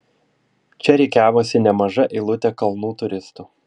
čia rikiavosi nemaža eilutė kalnų turistų